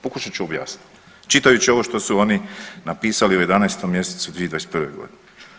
Pokušat ću objasniti čitajući ovo što su oni napisali u 11 mjesecu 2021. godine.